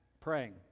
praying